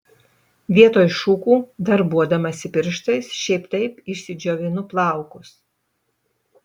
vietoj šukų darbuodamasi pirštais šiaip taip išsidžiovinu plaukus